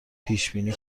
پیشبینی